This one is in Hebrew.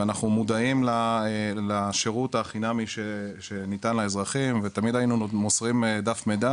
ומודעים לשירות החינמי שניתן לאזרחים ותמיד היינו מוסרים דף מידע